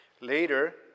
Later